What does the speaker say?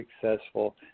successful